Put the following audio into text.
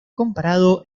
comparado